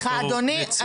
סליחה, אדוני.